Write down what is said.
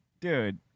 Dude